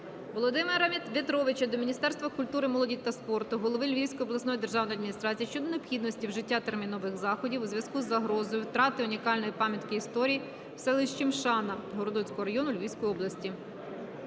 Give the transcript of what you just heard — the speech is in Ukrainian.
Володимира В'ятровича до Міністерства культури, молоді та спорту, голови Львівської обласної державної адміністрації щодо необхідності вжиття термінових заходів у зв'язку з загрозою втрати унікальної пам'ятки історії в селищі Мшана, Городоцького району Львівської області.